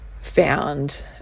found